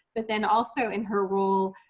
but then, also in her role,